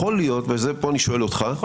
ויכול להיות ואת זה פה אני שואל אותך --- יכול